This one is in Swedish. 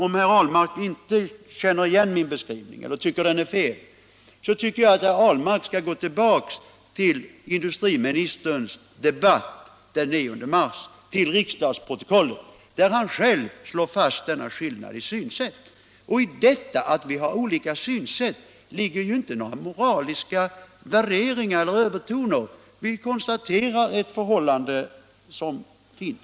Om herr Ahlmark inte känner igen min beskrivning eller tycker att den är fel bör han gå tillbaka till riksdagsprotokollet för den 9 mars och läsa industriministerns debattinlägg, där han själv slår fast denna skillnad i synsätt. I detta att vi har olika synsätt ligger inte några moraliska värderingar eller övertoner; vi konstaterar ett förhållande som råder.